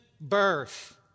birth